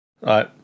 right